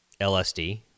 LSD